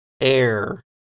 air